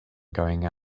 going